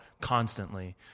constantly